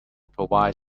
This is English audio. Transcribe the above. provide